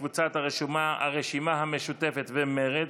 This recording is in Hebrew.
היא של קבוצת הרשימה המשותפת ומרצ,